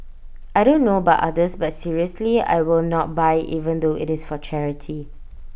I don't know about others but seriously I will not buy even though IT is for charity